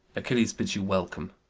achilles bids you welcome.